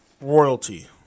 royalty